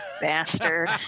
bastard